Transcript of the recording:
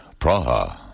Praha